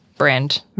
Brand